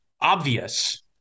obvious